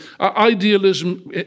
Idealism